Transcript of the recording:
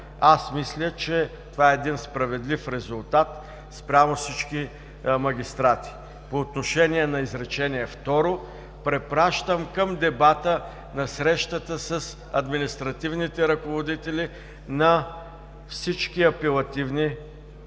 Мисля, че това е справедлив резултат спрямо всички магистрати. По отношение на изречение второ препращам към дебата на срещата с административните ръководители на всички апелативни съдилища,